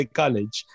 college